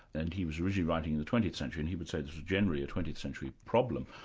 and he was originally writing in the twentieth century, and he would say this is generally a twentieth century problem,